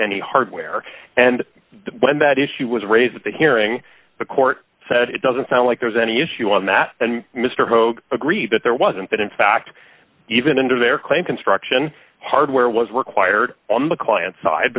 any hardware and when that issue was raised at the hearing the court said it doesn't sound like there's any issue on that and mr hogue agreed that there wasn't that in fact even into their claim construction hardware was required on the client side